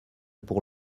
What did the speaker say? pour